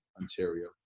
Ontario